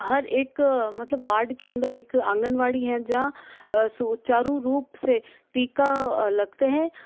हर एक मतलब वार्ड के अंदर एक आंगनवाड़ी है जहाँ सुचारु रूप से टीका लगते हैं